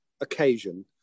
occasion